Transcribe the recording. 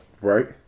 Right